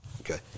Okay